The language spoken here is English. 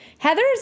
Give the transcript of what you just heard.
Heather's